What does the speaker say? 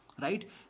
right